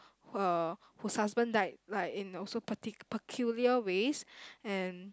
uh whose husband died like in also parti~ peculiar ways and